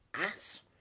Ass